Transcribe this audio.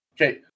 Okay